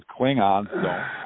Klingons